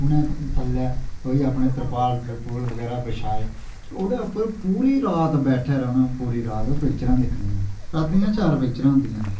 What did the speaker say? उ'नैं थल्लै कोई अपनै तरपाल तरपूल बगैरा बछाए ओह्दे उप्पर पूरी रात बैठे रोह्ना पूरी रात पिक्चरां दिक्खनियां रातीं दि'यां चार पिक्चरां होंदियां हियां